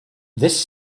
this